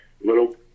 little